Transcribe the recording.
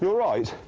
right?